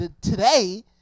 today